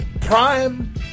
Prime